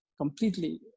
completely